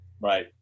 Right